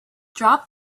drop